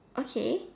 okay